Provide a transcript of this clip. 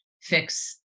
fix